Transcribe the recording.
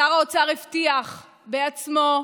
שר האוצר הבטיח בעצמו,